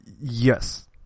yes